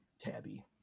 Tabby